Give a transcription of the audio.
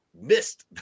missed